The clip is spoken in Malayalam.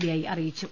ബിഐ അറിയിച്ചു